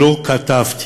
לא כתבתי,